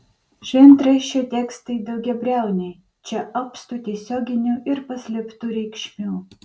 šventraščio tekstai daugiabriauniai čia apstu tiesioginių ir paslėptų reikšmių